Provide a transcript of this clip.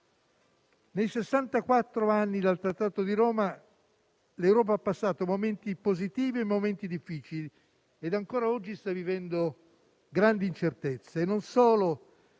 anni dal Trattato di Roma l'Europa ha passato momenti positivi e momenti difficili e ancora oggi sta vivendo grande incertezze,